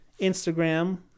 Instagram